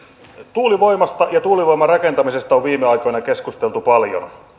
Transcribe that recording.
tuulivoimasta ja tuulivoiman rakentamisesta on viime aikoina keskusteltu paljon